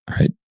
right